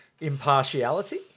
impartiality